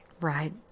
Right